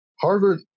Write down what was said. Harvard